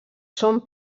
són